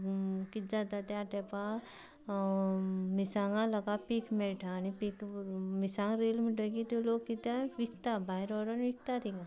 कितें जाता त्या तेंपा मिस्सांगां लोकांक पीक मेळटा आनी पीक मिरस्सांग रोयल म्हणटकी ते लोक कित्या विकता भायर व्हरोन विकता थिंगां